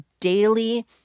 daily